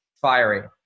fiery